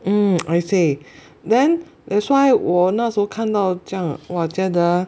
mm I see then that's why 我那时候看到这样我觉得